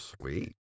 Sweet